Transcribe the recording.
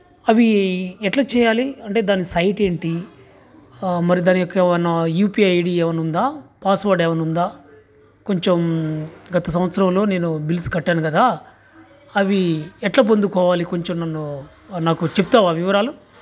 అవి ఎట్లా చెయ్యాలి అంటే దాని సైట్ ఏంటి మరి దాని యొక్క ఏమన్నా U P I I D ఏవన్నా ఉందా పాస్వర్డ్ ఏవన్నా ఉందా కొంచెం గత సంవత్సరంలో నేను బిల్స్ కట్టాను కదా అవి ఎట్లా పొందుకోవాలి కొంచెం నన్ను నాకు చెప్తావా వివరాలు